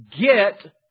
get